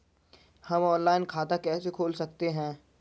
हम ऑनलाइन खाता कैसे खोल सकते हैं?